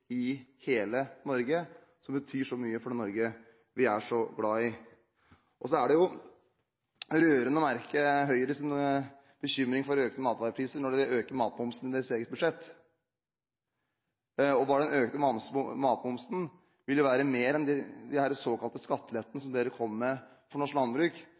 i hele Norge, og som betyr så mye for det Norge vi er så glade i. Det er rørende å merke Høyres bekymring for økte matvarepriser når dere øker matmomsen i deres eget budsjett. Bare den økte matmomsen vil utgjøre mer enn de såkalte skattelettene for norsk landbruk